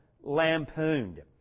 lampooned